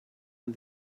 and